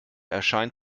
erscheint